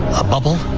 a bubble?